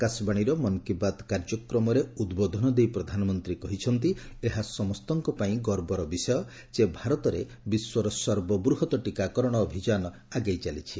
ଆକାଶବାଶୀର ମନ୍ କୀ ବାତ୍ କାର୍ଯ୍ୟକ୍ରମରେ ଉଦ୍ବୋଧନ ଦେଇ ପ୍ରଧାନମନ୍ତ୍ରୀ କହିଛନ୍ତି ଏହା ସମସ୍ତଙ୍କ ପାଇଁ ଗର୍ବର ବିଷୟ ଯେ ଭାରତରେ ବିଶ୍ୱର ସର୍ବବୃହତ୍ ଟିକାକରଣ ଅଭିଯାନ ଆଗେଇ ଚାଲିଛି